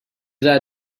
that